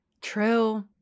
True